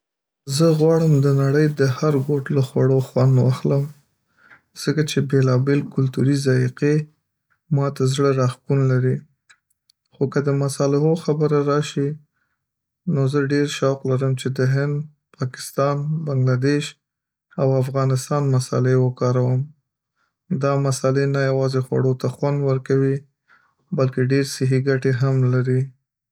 زه غواړم د نړۍ د هر ګوټ له خوړو خوند واخلم، ځکه چې بېلابېل کلتوري ذائقې ماته زړه راښکون لري. خو که د مصالحو خبره راشي، نو زه ډېر شوق لرم چې د هند، پاکستان، بنګله‌دېش او افغانستان مصالحې وکاروم. دا مصالحې نه یوازې خوړو ته خوند ورکوي، بلکې ډیر صحي کټي هم لري.